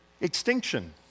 Extinction